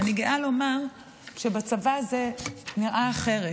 ואני גאה לומר שבצבא זה נראה אחרת.